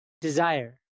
Desire